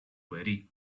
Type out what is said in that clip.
worry